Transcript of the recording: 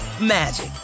magic